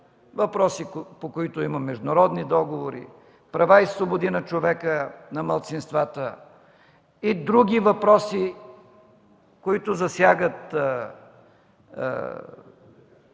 въпроси, по които има международни договори, права и свободи на човека, на малцинствата и други въпроси, които засягат,